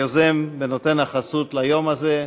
היוזם ונותן החסות ליום הזה,